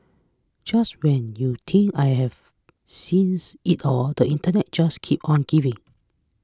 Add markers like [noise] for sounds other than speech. just when you think I have seen [unintelligible] it all the internet just keeps on giving